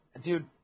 dude